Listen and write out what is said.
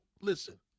Listen